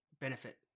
benefit